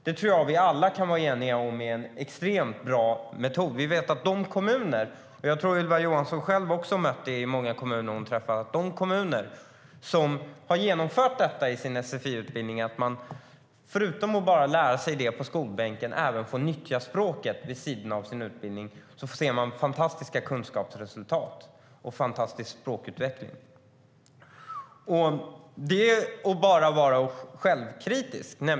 Det tror jag att vi alla kan vara eniga om är en extremt bra metod. Vi vet hur det är i de kommuner - jag tror att Ylva Johansson själv har mött det i många kommuner - som har genomfört detta i sin sfi-utbildning, att man förutom att lära sig språket i skolbänken även får nyttja det vid sidan av sin utbildning. De ser fantastiska kunskapsresultat och en fantastisk språkutveckling. Det är bara att vara självkritisk.